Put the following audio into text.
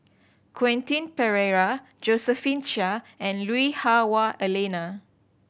Quentin Pereira Josephine Chia and Lui Hah Wah Elena